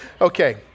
okay